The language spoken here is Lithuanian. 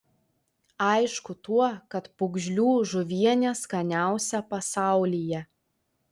aišku tuo kad pūgžlių žuvienė skaniausia pasaulyje